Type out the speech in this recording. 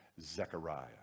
Zechariah